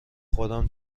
خودم